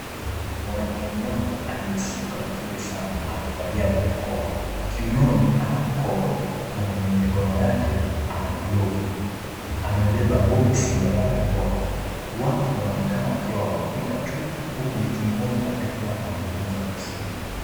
Mwanamke mmoja aliyesuka vizuri sana amevalia barakoa, kiunoni ana mkoba na kwenye mikono wake ana glovu na amebeba boksi ya barakoa. Watu wanaonekana wakiwa wanapita tu, huku mtu mmoja akiwa anazungumza kwa simu.